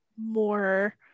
more